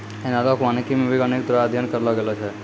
एनालाँक वानिकी मे वैज्ञानिक द्वारा अध्ययन करलो गेलो छै